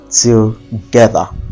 together